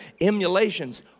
emulations